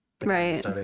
Right